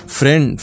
friend